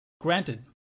Granted